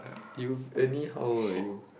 you any how old are you